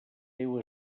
déu